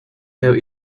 have